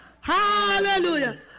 Hallelujah